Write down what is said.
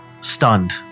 stunned